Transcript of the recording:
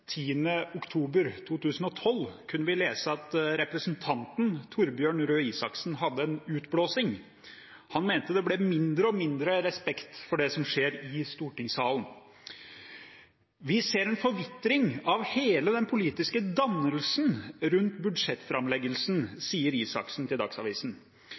oktober 2012 kunne vi lese at representanten Torbjørn Røe Isaksen hadde en utblåsning. Han mente det ble mindre og mindre respekt for det som skjer i stortingssalen. «Vi ser en forvitring av hele den politiske dannelsen rundt budsjettframleggelsen, sier Isaksen til Dagsavisen.»